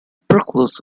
proclus